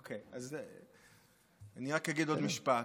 אוקיי, אני רק אגיד עוד משפט.